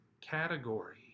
category